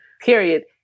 Period